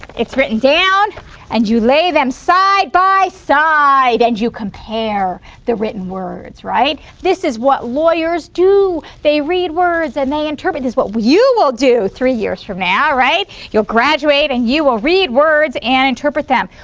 it's written down and you lay them side-by-side and you compare the written words, right? this is what lawyers do. they read words and they interpret is what we will do three years from now, right. you'll graduate and you will read words and interpret them.